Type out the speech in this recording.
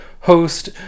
host